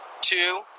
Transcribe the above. two